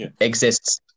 exists